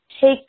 take